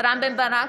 רם בן ברק,